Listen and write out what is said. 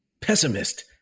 Pessimist